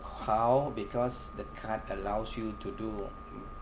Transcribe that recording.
how because the card allows you to do mm